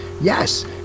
yes